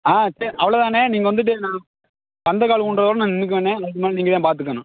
ஆ சரி அவ்வளோ தாண்ணே நீங்கள் வந்துட்டு நான் பந்தக்கால் ஊன்றதோடய நான் நின்றுக்குவேண்ணே அதுக்கு மேலே நீங்கள் தான் பார்த்துக்கணும்